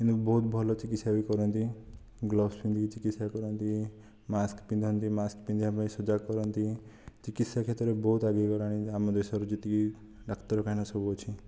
କିନ୍ତୁ ବହୁତ୍ ଭଲ ଚିକିତ୍ସା ବି କରନ୍ତି ଗ୍ଳୋଭସ୍ ପିନ୍ଧିକି ଚିକିତ୍ସା କରନ୍ତି ମାସ୍କ ପିନ୍ଧନ୍ତି ମାସ୍କ୍ ପିନ୍ଧିବା ପାଇଁ ସଜାଗ କରନ୍ତି ଚିକିତ୍ସା କ୍ଷେତ୍ର ବହୁତ ଆଗେଇ ଗଲାଣି ଆମ ଦେଶରେ ଯେତିକି ଡାକ୍ତରଖାନା ସବୁ ଅଛି